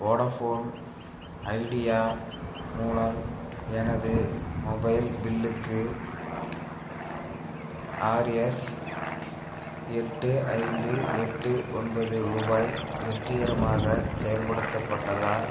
Vodafone Idea மூலம் எனது mobile பில்லுக்கு ஆர்எஸ் எட்டு ஐந்து எட்டு ஒன்பது ரூபாய் வெற்றிகரமாகச் செயல்படுத்தப்பட்டதா